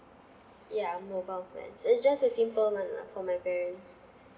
ya mobile plans it's just a simple one lah for my parents